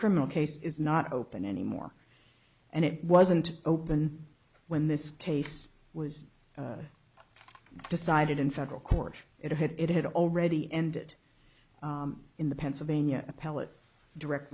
criminal case is not open anymore and it wasn't open when this case was decided in federal court it had it had already ended in the pennsylvania appellate direct